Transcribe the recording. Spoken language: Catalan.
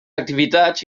activitats